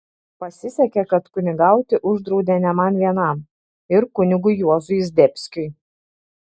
pasisekė kad kunigauti uždraudė ne man vienam ir kunigui juozui zdebskiui